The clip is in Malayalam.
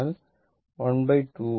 അതിനാൽ 12πf C